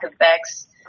effects